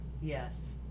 Yes